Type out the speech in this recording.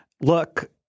look